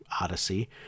Odyssey